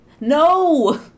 No